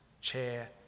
chair